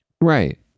Right